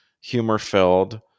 humor-filled